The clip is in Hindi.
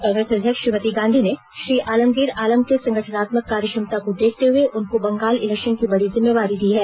कांग्रेस अध्यक्षा श्रीमती गांधी ने श्री आलमगीर आलम के संगठनात्मक कार्य क्षमता को देखते हुए उनको बंगाल इलेक्शन की बड़ी जिम्मेवारी दी है